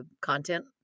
content